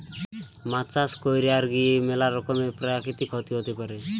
মাছ চাষ কইরার গিয়ে ম্যালা রকমের প্রাকৃতিক ক্ষতি হতে পারে